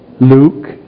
Luke